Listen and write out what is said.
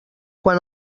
quan